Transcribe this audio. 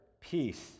peace